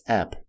app